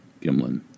Gimlin